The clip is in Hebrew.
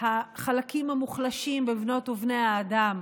החלקים המוחלשים בבנות ובני האדם